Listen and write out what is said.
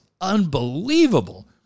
unbelievable